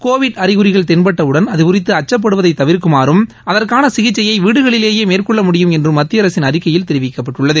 Covid அறிகுறிகள் தென்பட்டவுடன் அதுகுறித்து அச்சுப்படுவதை தவிர்க்குமாறும் அதற்கான சிகிச்சையை வீடுகளிலேயே மேற்கொள்ள முடியும் என்றும் மத்திய அரசின் அறிக்கையில் தெரிவிக்கப்பட்டுள்ளது